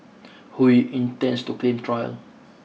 Hui intends to claim trial